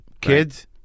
Kids